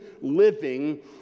living